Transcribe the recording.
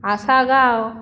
Assagao